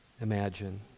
imagine